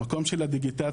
המקום של הדיגיטציה,